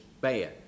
bad